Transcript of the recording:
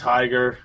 Tiger